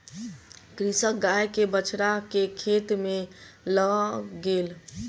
कृषक गाय के बछड़ा के खेत में लअ गेल